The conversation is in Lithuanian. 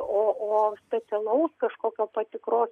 o o specialaus kažkokio patikros